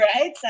Right